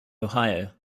ohio